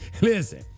listen